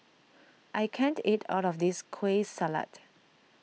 I can't eat all of this Kueh Salat